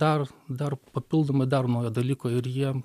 dar dar papildomai dar naujo dalyko ir jie